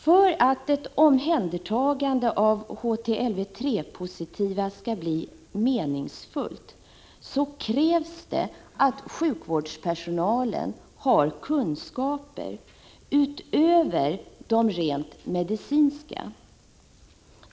För att ett omhändertagande av HTLV-III-positiva skall bli meningsfullt krävs att sjukvårdspersonalen har kunskaper utöver de rent medicinska.